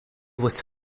was